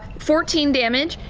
fourteen damage.